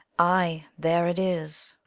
ay, there it is.